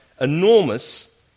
enormous